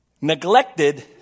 neglected